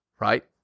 right